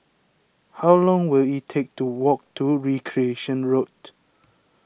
how long will it take to walk to Recreation Road